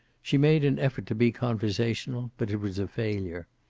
she made an effort to be conversational, but it was a failure.